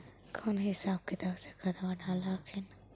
कौन हिसाब किताब से खदबा डाल हखिन?